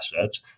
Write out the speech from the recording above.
assets